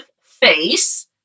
face